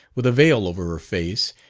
with a veil over her face,